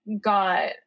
got